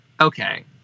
Okay